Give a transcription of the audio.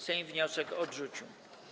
Sejm wniosek odrzucił.